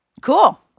Cool